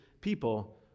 people